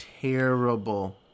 terrible